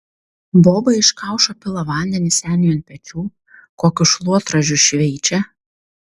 boba iš kaušo pila vandenį seniui ant pečių kokiu šluotražiu šveičia